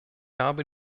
habe